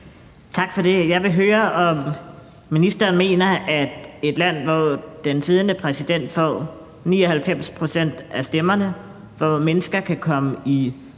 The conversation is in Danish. Tak for det. Jeg vil høre, om ministeren mener, at et land, hvor den siddende præsident får 99 pct. af stemmerne, hvor mennesker kan komme i